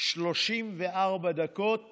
ו-34 דקות